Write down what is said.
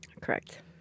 Correct